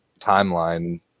timeline